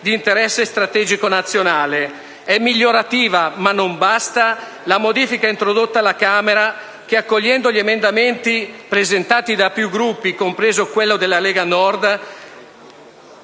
di interesse strategico nazionale. È migliorativa, ma non basta, la modifica introdotta alla Camera dei deputati che, accogliendo gli emendamenti presentati da diversi Gruppi, compreso quello della Lega Nord,